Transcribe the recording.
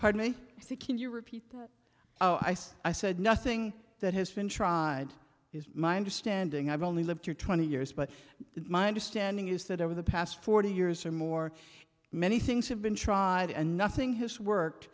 see can you repeat oh i said i said nothing that has been tried is my understanding i've only lived here twenty years but my understanding is that over the past forty years or more many things have been tried and nothing has worked